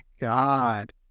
god